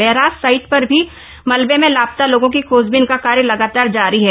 barrage side पर भी मलबे में लापता लोगों की खोजबीन का कार्य लगातार जारी है